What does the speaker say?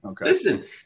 Listen